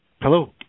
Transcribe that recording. Hello